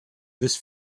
this